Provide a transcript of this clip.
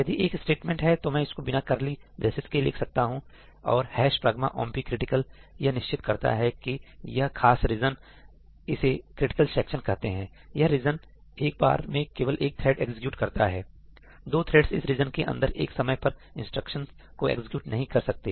यदि एक स्टेटमेंट है तो मैं इसको बिना करली ब्रेसेज के लिख सकता हूं और pragma omp critical ' pragma omp critical' यह निश्चित करता है कि यह खास रीजन इसे क्रिटिकल सेक्शन कहते हैं यह रीजन एक बार में केवल एक थ्रेड एग्जीक्यूट करता है दो थ्रेड्स इस रीजन के अंदर एक समय पर इंस्ट्रक्शंस को एग्जीक्यूट नहीं कर सकते